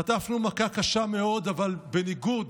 חטפנו מכה קשה מאוד, אבל בניגוד